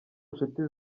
nshuti